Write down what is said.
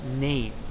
name